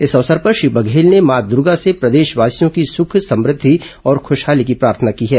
इस अवसर पर श्री बघेले ने मां दूर्गा से प्रदेशवासियों की सुख समृद्धि और ख्रशहाली की प्रार्थनो की है